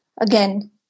again